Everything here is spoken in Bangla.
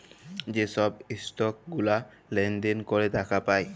যে ছব ইসটক গুলা লেলদেল ক্যরে টাকা পায়